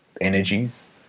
energies